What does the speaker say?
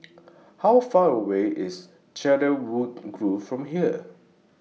How Far away IS Cedarwood Grove from here